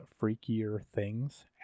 freakierthings